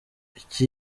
icyo